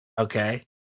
Okay